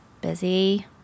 busy